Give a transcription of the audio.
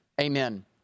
Amen